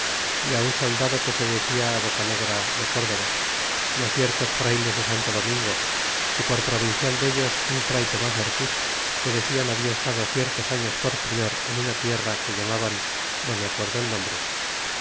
un soldado que se decia bocanegra de córdova y á ciertos frayles de santo domingo y por provincial dellos un fray tomas ortiz que decian habia estado ciertos años por prior en una tierra que llamaban no me acuerdo el nombre